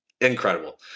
incredible